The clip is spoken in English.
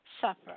suffer